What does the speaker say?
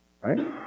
Right